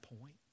point